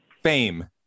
fame